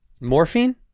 Morphine